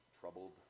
troubled